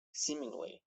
seemingly